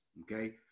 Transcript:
Okay